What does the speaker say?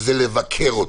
זה לבקר אותו.